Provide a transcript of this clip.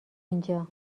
اینجا